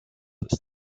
ist